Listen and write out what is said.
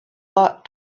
lot